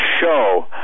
show